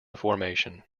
formation